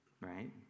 right